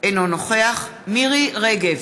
אינו נוכח מירי רגב,